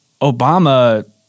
Obama—